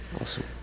Awesome